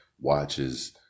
watches